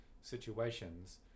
situations